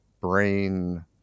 brain